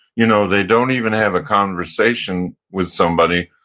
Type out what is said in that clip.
you know they don't even have a conversation with somebody.